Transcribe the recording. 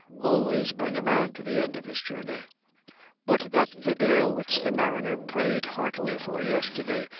always bring a man to the end of his journey but, that the gale which the mariner prayed heartily for yesterday,